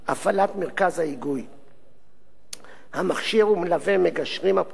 הפעלת מרכז ההיגוי המכשיר ומלווה מגשרים הפועלים